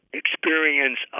experience